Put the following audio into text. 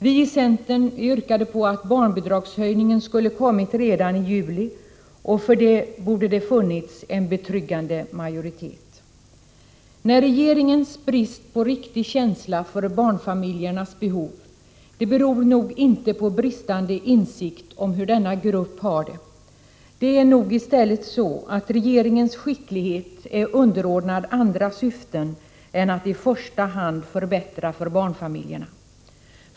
Vi i centern yrkade på att barnbidragshöjningen skulle kommit redan i juli, och för det borde det ha funnits en betryggande majoritet. Nej, regeringens brist på riktig känsla för barnfamiljernas behov beror nog inte på bristande insikt om hur denna grupp har det. Det är nog stället så att regeringens skicklighet är underordnad andra syften än att i första hand förbättra för barnfamiljerna.